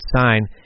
sign